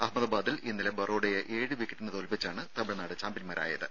അഹമദാബാദിൽ ഇന്നലെ ബറോഡയെ ഏഴു വിക്കറ്റിന് തോൽപ്പിച്ചാണ് തമിഴ്നാട് ചാംപ്യൻമാരായത്